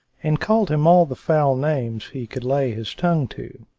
and called him all the foul names he could lay his tongue to.